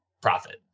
profit